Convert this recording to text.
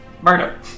Murder